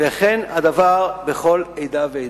וכן הדבר בכל עדה ועדה.